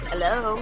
Hello